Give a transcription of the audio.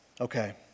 Okay